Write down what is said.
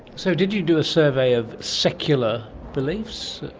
so did you do a survey of secular beliefs?